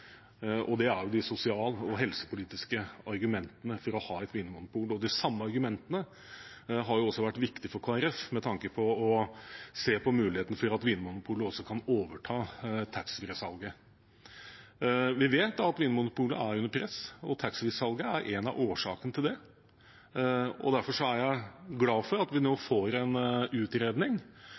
rolle. Det er jo gjennom begrunnelsen vi har for å ha et vinmonopol, at EØS-reglementet gir oss mulighet for det, nemlig de sosial- og helsepolitiske argumentene for å ha et vinmonopol. De samme argumentene har vært viktige for Kristelig Folkeparti med tanke på å se på muligheten for at Vinmonopolet også kan overta taxfree-salget. Vi vet at Vinmonopolet er under press. Taxfree-salget er en av årsakene til det. Derfor er jeg glad for at vi nå får